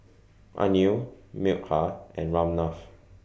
Anil Milkha and Ramnath